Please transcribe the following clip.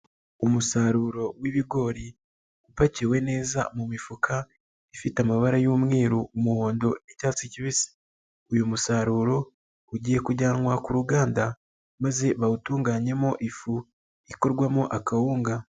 Umusaruro w'ibigori, upakiwe neza mu mifuka ifite amabara y'umweru, umuhondo, icyatsi kibisi, uyu musaruro ugiye kujyanwa ku ruganda, maze bawutunganyamo ifu ikorwamo akawunga.